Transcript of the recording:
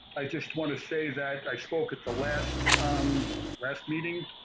i just want to say that i spoke at the last um last meeting.